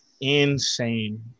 insane